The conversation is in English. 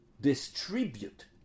distribute